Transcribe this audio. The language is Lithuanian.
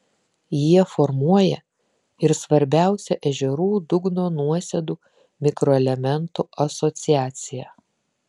jie formuoja ir svarbiausią ežerų dugno nuosėdų mikroelementų asociaciją